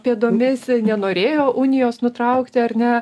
pėdomis nenorėjo unijos nutraukti ar ne